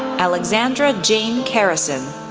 alexandra jane kerrison,